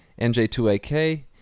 NJ2AK